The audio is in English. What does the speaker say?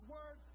Word